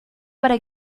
para